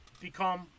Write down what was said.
become